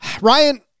Ryan